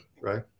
right